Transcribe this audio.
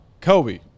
Kobe